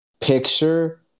picture